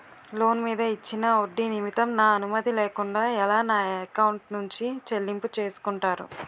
Loan మీద ఇచ్చిన ఒడ్డి నిమిత్తం నా అనుమతి లేకుండా ఎలా నా ఎకౌంట్ నుంచి చెల్లింపు చేసుకుంటారు?